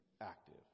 active